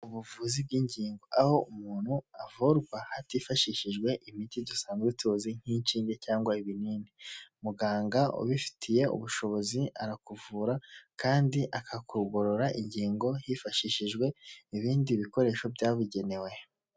Ubuvuzi bw'ingingo aho umuntu avurwa hatifashishijwe imiti dusanzwe tuzi nk'inshinge cyangwa ibinini, muganga ubifitiye ubushobozi arakuvura kandi akakugorora ingingo hifashishijwe ibindi bikoresho byabugenewe.